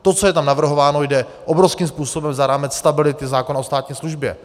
To, co je tam navrhováno, jde obrovským způsobem za rámec stability zákona o státní službě.